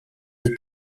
est